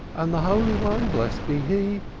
and the holy one, blessed be he,